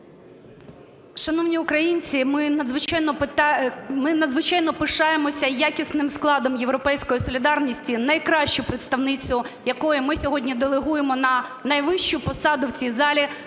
Шановні українці! Ми надзвичайно пишаємося якісним складом "Європейської солідарності", найкращу представницю якої ми сьогодні делегуємо на найвищу посаду в цій залі